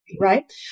right